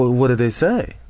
what did they say?